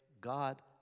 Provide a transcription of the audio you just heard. God